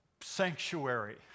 sanctuary